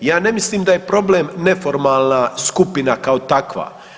Ja ne mislim da je problem neformalna skupina kao takva.